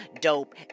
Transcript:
dope